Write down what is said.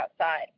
outside